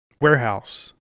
Warehouse